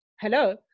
Hello